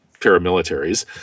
paramilitaries